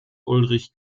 ulrich